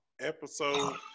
episode